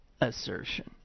assertion